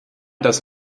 das